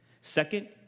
Second